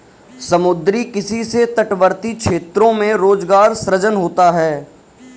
समुद्री किसी से तटवर्ती क्षेत्रों में रोजगार सृजन होता है